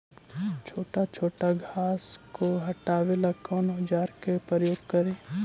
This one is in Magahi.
छोटा छोटा घास को हटाबे ला कौन औजार के प्रयोग करि?